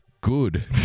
Good